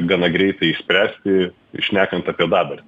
gana greitai išspręsti šnekant apie dabartį